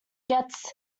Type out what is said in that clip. gets